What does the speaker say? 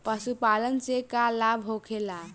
पशुपालन से का लाभ होखेला?